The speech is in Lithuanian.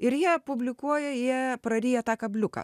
ir jie publikuoja jie praryja tą kabliuką